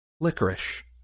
Licorice